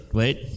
wait